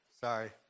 Sorry